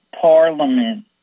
parliament